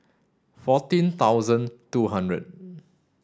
fourteen thousand two hundred